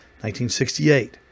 1968